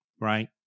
Right